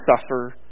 suffer